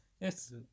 Yes